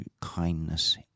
kindness